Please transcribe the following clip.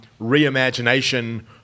reimagination